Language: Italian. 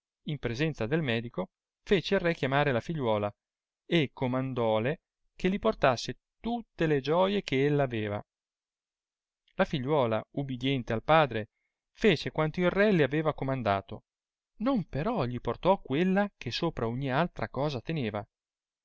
in presenza del medico fece il re chiamare la figliuola e coniandole che li portasse tutte le gioie che ella aveva la figliuola ubidiente al padre fece quanio il ke le aveva comandalo non però gli portò quella che sopra ogni altra cosa teneva